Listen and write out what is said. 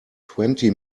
twenty